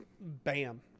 Bam